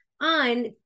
on